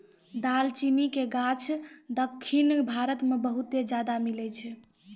दालचीनी के गाछ दक्खिन भारत मे बहुते ज्यादा मिलै छै